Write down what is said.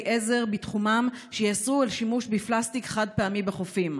עזר בתחומם שיאסרו שימוש בפלסטיק חד-פעמי בחופים.